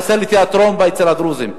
חסר לי תיאטרון אצל הדרוזים.